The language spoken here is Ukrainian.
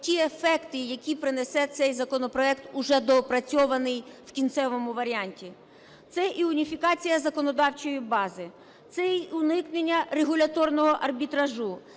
ті ефекти, які принесе цей законопроект уже доопрацьований в кінцевому варіанті. Це і уніфікація законодавчої бази, це і уникнення регуляторного арбітражу,